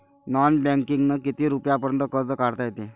Non बँकिंगनं किती रुपयापर्यंत कर्ज काढता येते?